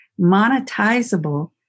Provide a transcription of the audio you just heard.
monetizable